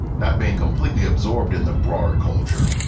not being completely absorbed in the broader culture,